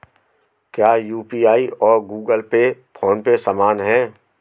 क्या यू.पी.आई और Google Pay PhonePe समान हैं?